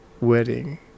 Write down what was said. wedding